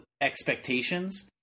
expectations